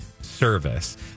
service